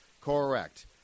Correct